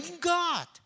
God